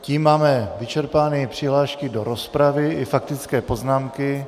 Tím máme vyčerpány přihlášky do rozpravy i faktické poznámky.